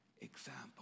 example